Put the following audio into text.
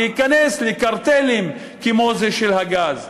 להיכנס לקרטלים כמו זה של הגז,